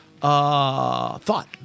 thought